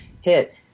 hit